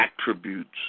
attributes